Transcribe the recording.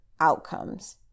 outcomes